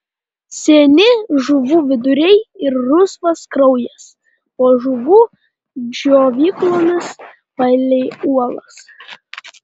seni žuvų viduriai ir rusvas kraujas po žuvų džiovyklomis palei uolas